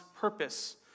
purpose